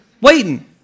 waiting